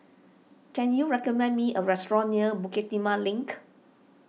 can you recommend me a restaurant near Bukit Timah Link